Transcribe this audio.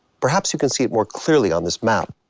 perhaps you can see it more clearly on this map.